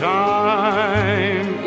time